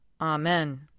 Amen